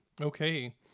Okay